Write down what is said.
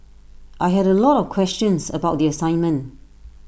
I had A lot of questions about the assignment